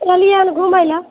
एलियै हन घुमयलऽ